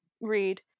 read